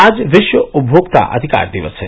आज विश्व उपभोक्ता अधिकार दिवस है